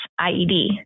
IED